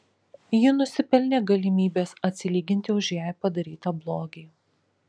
ji nusipelnė galimybės atsilyginti už jai padarytą blogį